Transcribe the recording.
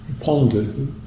pondered